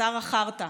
שר החרטא.